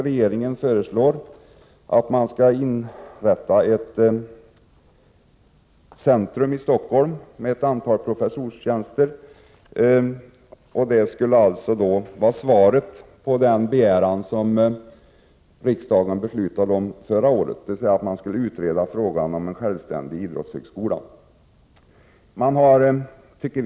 Regeringen föreslår att det skall inrättas ett idrottscenter i Stockholm med ett antal professurer. Det skulle vara svaret på den begäran som riksdagen fattade beslut om förra året, dvs. att frågan om en självständig idrottshögskola skulle utredas.